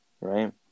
right